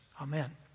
Amen